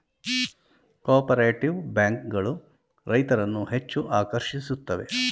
cooperative bank ಗಳು ರೈತರನ್ನು ಹೆಚ್ಚು ಆಕರ್ಷಿಸುತ್ತವೆ